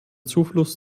zufluss